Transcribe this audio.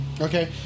Okay